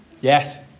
Yes